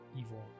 evil